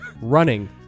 running